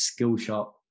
Skillshop